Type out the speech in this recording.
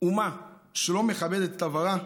אומה שלא מכבדת את עברה,